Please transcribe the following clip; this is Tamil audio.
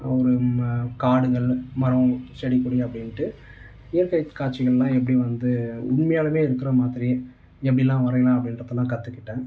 ஒரு ம காடுங்கள் மரம் செடி கொடி அப்படின்ட்டு இயற்கை காட்சிகளெலாம் எப்படி வந்து உண்மையாலுமே இருக்கிற மாதிரி எப்படிலாம் வரையலாம் அப்படின்றதலாம் கற்றுக்கிட்டேன்